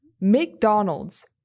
McDonald's